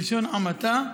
בלשון המעטה.